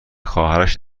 خواهرش